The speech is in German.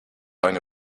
eine